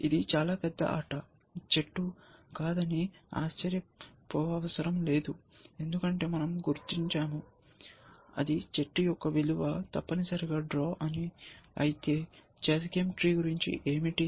ఇది చాలా పెద్ద ఆట చెట్టు కాదని ఆశ్చర్యపోనవసరం లేదు ఎందుకంటే మనం గుర్తించాము అది చెట్టు యొక్క విలువ తప్పనిసరిగా డ్రా అని అయితే చెస్ గేమ్ ట్రీ గురించి ఏమిటి